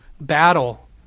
battle